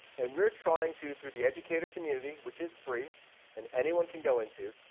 and we are trying to, through the educator community, which is free and anyone can go into,